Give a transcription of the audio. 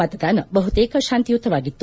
ಮತದಾನ ಬಹುತೇಕ ಶಾಂತಿಯುತವಾಗಿತ್ತು